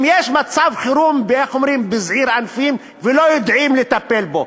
אם יש מצב חירום בזעיר אנפין ולא יודעים לטפל בו,